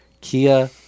kia